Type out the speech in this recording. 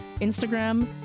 instagram